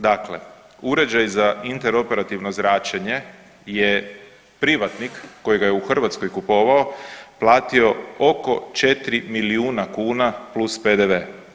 Dakle, uređaj za interoperativno zračenje je privatnik koji ga je u Hrvatskoj kupovao platio oko 4 milijuna kuna plus PDV.